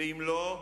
ואם לא,